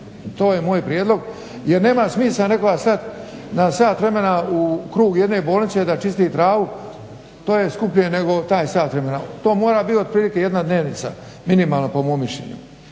To je moj prijedlog, jer nema smisla nekoga slat na sat vremena u krug jedne bolnice da čisti travu, to je skuplje nego taj sat vremena. To mora biti otprilike jedna dnevnica minimalno po mom mišljenju.